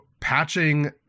patching